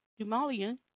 Dumalian